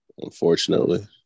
Unfortunately